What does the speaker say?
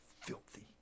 filthy